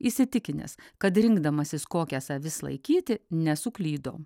įsitikinęs kad rinkdamasis kokias avis laikyti nesuklydo